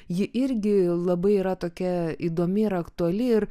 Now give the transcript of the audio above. ji irgi labai yra tokia įdomi ir aktuali ir